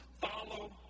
follow